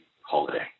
holiday